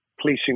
policing